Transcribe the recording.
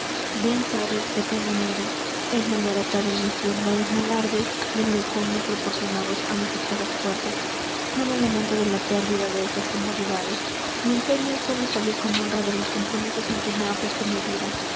bien sabes de qué manera he malbaratado mi hacienda en alardes de lujo no proporcionados á mis escasas fuerzas no me lamento de la pérdida de esas comodidades mi empeño es sólo salir con honra de los compromisos en que me ha puesto mi vida